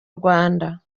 rwanda